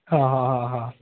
ആഹ് ഹാ ഹ